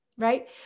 right